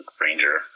Ranger